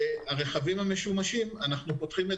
הרכבים המשומשים אנחנו פותחים את